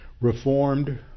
Reformed